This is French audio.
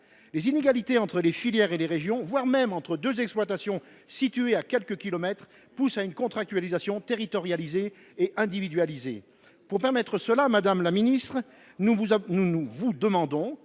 Les inégalités entre les filières et les régions, voire entre deux exploitations situées à quelques kilomètres, poussent à une contractualisation territorialisée et individualisée. Pour permettre cela, madame la ministre, le groupe